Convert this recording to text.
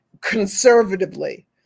conservatively